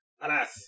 Alas